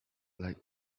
like